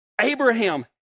Abraham